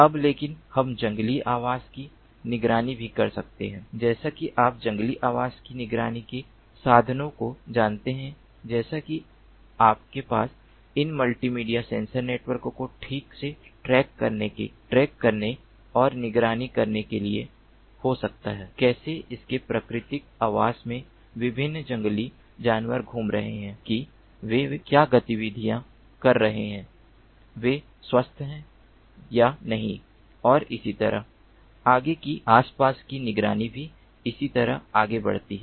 अब लेकिन हम जंगली आवास की निगरानी भी कर सकते हैं जैसे कि आप जंगली आवास की निगरानी के साधनों को जानते हैं जैसे कि आपके पास इन मल्टीमीडिया सेंसर नेटवर्क को ठीक से ट्रैक करने और निगरानी करने के लिए हो सकता है कैसे उनके प्राकृतिक आवास में विभिन्न जंगली जानवर घूम रहे हैं कि वे क्या गतिविधियां कर रहे हैं वे स्वस्थ हैं या नहीं और इसी तरह आगे की आसपास की निगरानी भी इसी तरह आगे बढ़ती है